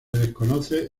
desconoce